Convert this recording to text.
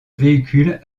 véhicule